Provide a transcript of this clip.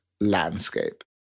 landscape